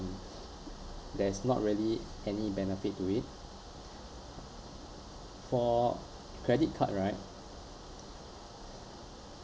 there's not really any benefit to it for credit card right